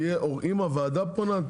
אם הוועדה פונה,